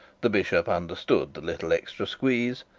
the bishop understood the little extra squeeze,